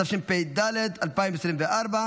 מטעם מדינת ישראל.